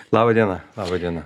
laba diena laba diena